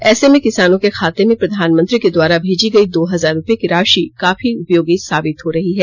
ऐसे में किसानों के खाते में प्रधानमंत्री के द्वारा भेजी गई दो हजार रुपए की राषि काफी उपयोगी साबित हो रही है